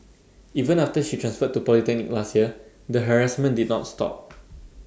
even after she transferred to polytechnic last year the harassment did not stop